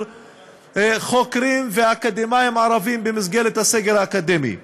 חוקרים ואקדמאים ערבים במסגרת הסגל האקדמי.